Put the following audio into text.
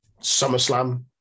SummerSlam